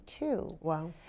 Wow